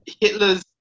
Hitler's